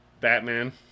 Batman